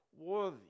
worthy